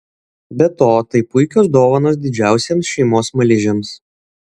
be to tai puikios dovanos didžiausiems šeimos smaližiams